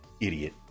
Idiot